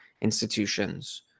institutions